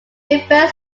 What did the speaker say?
refers